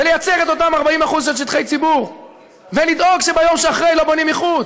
ולייצר את אותם 40% של שטחי ציבור ולדאוג שביום שאחרי לא בונים מחוץ.